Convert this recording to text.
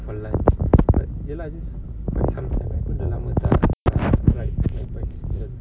for lunch ya lah this quite some time I pun dah lama tak tak ride my bicycle